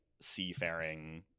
seafaring